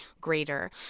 greater